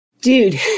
Dude